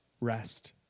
rest